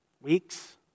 Weeks